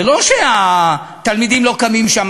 זה לא שהתלמידים לא קמים שם,